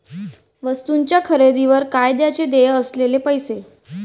वस्तूंच्या खरेदीवर कायद्याने देय असलेले पैसे